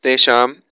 तेषाम्